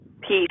Peace